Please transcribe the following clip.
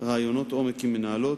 ראיונות עומק עם מנהלות,